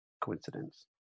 coincidence